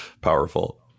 powerful